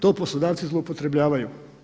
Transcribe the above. To poslodavci zloupotrebljavaju.